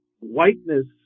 whiteness